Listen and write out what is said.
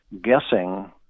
guessing